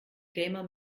gamer